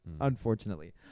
unfortunately